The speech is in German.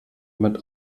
mit